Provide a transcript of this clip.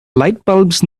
lightbulbs